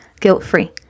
guilt-free